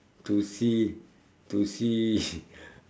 to see to see